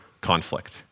conflict